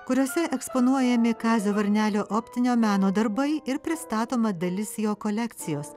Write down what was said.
kuriose eksponuojami kazio varnelio optinio meno darbai ir pristatoma dalis jo kolekcijos